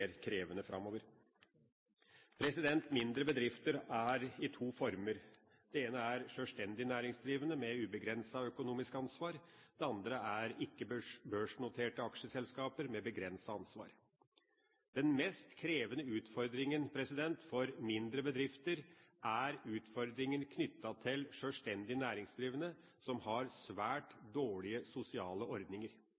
mer krevende framover. Mindre bedrifter er i to former: Det ene er sjølstendig næringsdrivende med ubegrenset økonomisk ansvar. Det andre er ikke-børsnoterte aksjeselskaper med begrenset ansvar. Den mest krevende utfordringen for mindre bedrifter er utfordringen knyttet til sjølstendig næringsdrivende som har svært